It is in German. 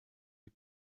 die